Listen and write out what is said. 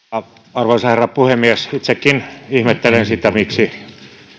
arvoisa herra puhemies itsekin ihmettelen sitä miksi